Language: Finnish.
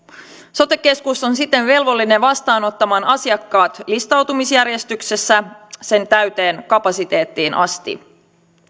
sote keskus on siten velvollinen vastaanottamaan asiakkaat listautumisjärjestyksessä sen täyteen kapasiteettiin asti